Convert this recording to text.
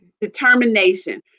determination